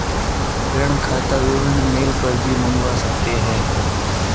ऋण खाता विवरण मेल पर भी मंगवा सकते है